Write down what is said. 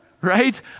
right